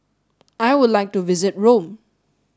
I would like to visit Rome